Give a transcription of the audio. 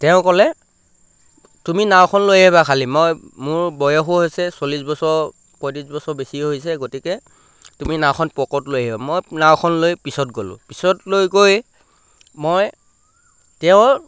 তেওঁ ক'লে তুমি নাওখন লৈ আহিবা খালী মই মোৰ বয়সো হৈছে চল্লিছ বছৰ পঁয়ত্ৰিছ বছৰ বেছি হৈছে গতিকে তুমি নাওখন পকৰত লৈ আহিবা মই নাওখন লৈ পিছত গ'লোঁ পিছত লৈ গৈ মই তেওঁৰ